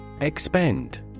Expend